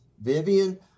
Vivian